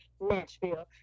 Nashville